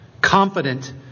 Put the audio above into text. confident